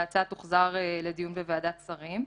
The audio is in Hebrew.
ההצעה תוחזר לדיון בוועדת שרים.